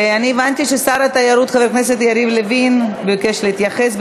הבנתי ששר התיירות חבר הכנסת יריב לוין מבקש להתייחס.